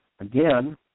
again